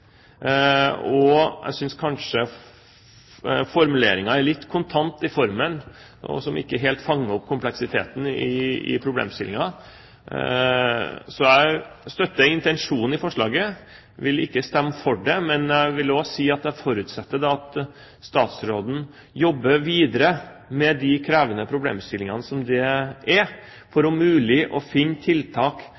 erkjenner jeg at dette er en veldig komplisert problemstilling. Jeg synes kanskje formuleringen er litt kontant og ikke helt fanger opp kompleksiteten i problemstillingen. Jeg støtter intensjonen med forslaget, men vil ikke stemme for det, bare si at jeg forutsetter at statsråden jobber videre med disse krevende problemstillingene for om mulig å finne tiltak som